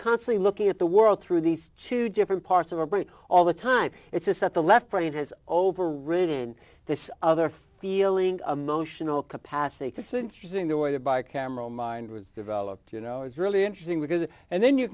constantly looking at the world through these two different parts of our brain all the time it's just that the left brain has over ridden this other feeling emotional capacity it's interesting the way it by a camera mind was developed you know it's really interesting because and then you